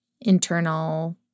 internal